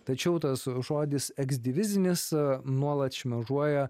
tačiau tas žodis eksdivizinis nuolat šmėžuoja